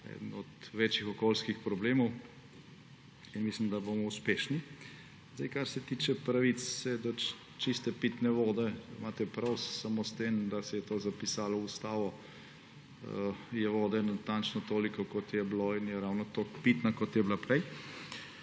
kar je eden od večjih okolijskih problemov, in mislim, da bomo uspešni. Kar se tiče pravice do čiste pitne vode, imate prav, samo s tem, da se je to zapisalo v ustavo, je vode natančno toliko, kot jo je bilo, in je ravno tako pitna, kot je bila prej.